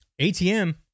ATM